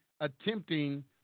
attempting